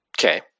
Okay